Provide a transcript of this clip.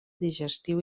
digestiu